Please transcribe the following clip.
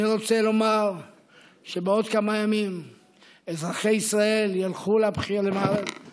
אני רוצה לומר שבעוד כמה ימים אזרחי ישראל ילכו לקלפיות.